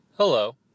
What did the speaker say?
Hello